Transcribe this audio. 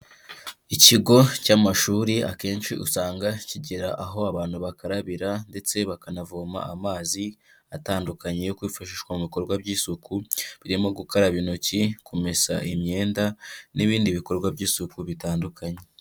Ikigo cy'amashuri akenshi usanga kigira aho abantu bakarabira ndetse bakanavoma amazi atandukanye yo kwifashishwa mu bikorwa by'isuku birimo gukaraba intoki, kumesa imyenda n'ibindi bikorwa by'isuku bitandukanye.